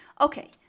Okay